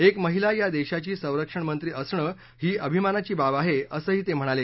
एक महिला या देशाची संरक्षणमंत्री असणं ही अभिमानाची बाब आहे असंही ते म्हणाले